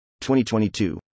2022